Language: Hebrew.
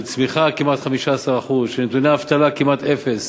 של צמיחה של כמעט 15%, של נתוני אבטלה כמעט אפס,